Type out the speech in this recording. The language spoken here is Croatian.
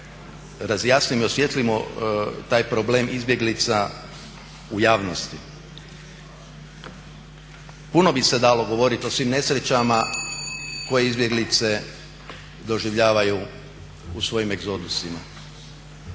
razjasnimo i osvijetlimo taj problem izbjeglica u javnosti. Puno bi se dalo govoriti o svim nesrećama koje izbjeglice doživljavaju u svojim egzodusima.